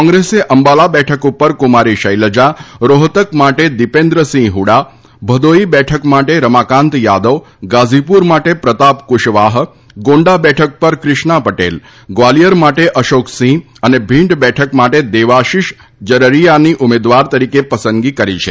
કોંગ્રેસે અંબાલા બેઠક પર કુમારી શૈલજા રોહતક માટે દીપેન્દ્રસિંહ હડા ભદોઈ બેઠક પર રમાકાન્ત યાદવ ગાઝીપુર માટે પ્રતાપ કુશવાહ ગોંડા બેઠક પર ક્રિષ્ણા પટેલ ગ્વાલીયર માટે અશોક સિંહ અને ભીંડ બેઠક માટે દેવાશીષ જરરીયાની ઉમેદવાર તરીકે પસંદગી કરી છે